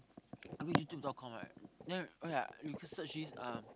go YouTube dot com right then oh yeah you can search this uh